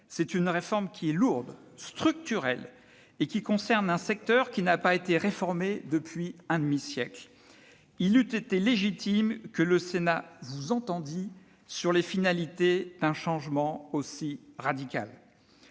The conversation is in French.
C'est une réforme qui est lourde, structurelle, et qui concerne un secteur qui n'a pas été réformé depuis un demi-siècle. » Il eût été légitime que le Sénat vous entendît sur les finalités d'un changement aussi radical.